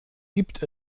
gibt